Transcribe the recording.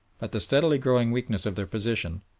but the steadily growing weakness of their position,